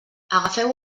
agafeu